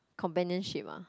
companionship ah